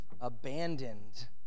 abandoned